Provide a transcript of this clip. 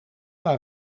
wou